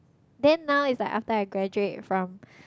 then now is like after I graduate from